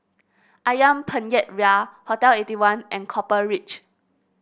ayam Penyet Ria Hotel Eighty one and Copper Ridge